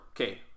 Okay